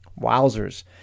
Wowzers